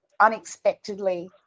unexpectedly